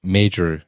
major